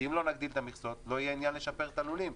כי אם לא נגדיל את המכסות לא יהיה עניין לשפר את הלולים,